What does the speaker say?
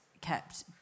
kept